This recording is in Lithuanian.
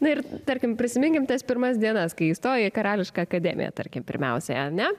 na ir tarkim prisiminkim tas pirmas dienas kai įstojai į karališką akademiją tarkim pirmiausiai ar ne